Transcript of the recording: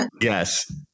Yes